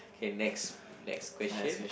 okay next next question